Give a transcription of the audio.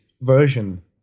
version